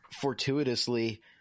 fortuitously